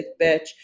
Bitch